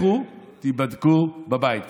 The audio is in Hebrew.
לכו, תיבדקו בבית.